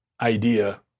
idea